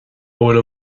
bhfuil